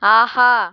ஆஹா